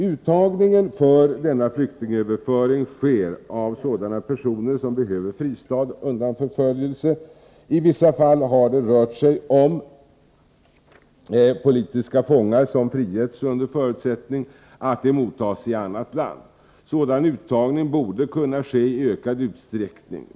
Uttagningen för denna flyktingöverföring sker av sådana personer som behöver en fristad undan förföljelse. I vissa fall har det rört sig om politiska fångar som har frigetts under förutsättning att de mottas i annat land. Sådan uttagning borde kunna ske i ökad utsträckning.